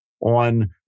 on